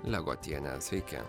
legotienė sveiki